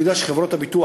אני יודע שחברות הביטוח,